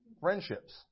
friendships